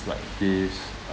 like this